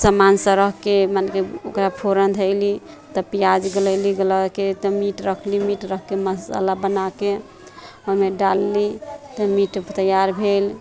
सामानसभ राखि कऽ माने कि ओकरा फोरन धयली तब प्याज गलयली गला कऽ तब मीट रखली मीट राखि कऽ मसाला बना कऽ ओहिमे डालली तऽ मीट तैआर भेल